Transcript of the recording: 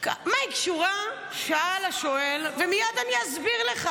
מה היא קשורה, שאל השואל, ומייד אני אסביר לך.